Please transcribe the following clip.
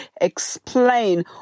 explain